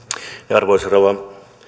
arvoisa rouva